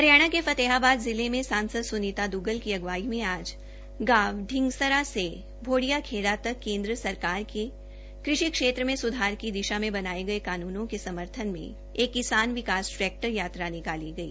हरियाणा के फतेहाबाद जिला में सांसद सुनीता दुग्गल की अगुवाई में आज गांव ढिंगसरा से भोडिया खेड़ा तक केंद्र सरकार के कृषि क्षेत्र में सुधार की दिशा में बनाए गए कानूनों के समर्थन में एक किसान विकास ट्रैक्टर यात्रा निकाली गई